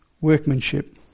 workmanship